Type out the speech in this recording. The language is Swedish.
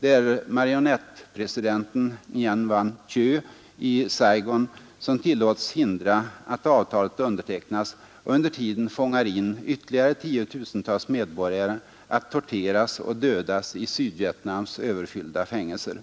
Det är marionettpresidenten Nguyen Van Thieu i Saigon som tillåts hindra att avtalet undertecknas och under tiden fångar in ytterligare tiotusentals medborgare att torteras och dödas i Sydvietnams överfyllda fängelser.